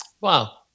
Wow